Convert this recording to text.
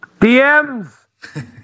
DMs